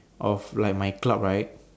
of like my club right